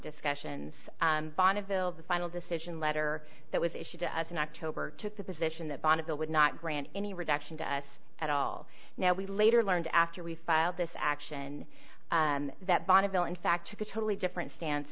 discussions bonneville the final decision letter that was issued to us in october took the position that bonneville would not grant any reduction to us at all now we later learned after we filed this action that bonneville in fact took a totally different stance